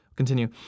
Continue